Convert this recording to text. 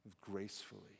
gracefully